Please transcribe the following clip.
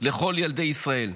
לכל ילדי ישראל,